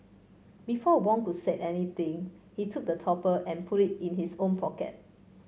before Wong could say anything he took the topper and put it in his own pocket